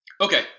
okay